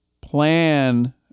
plan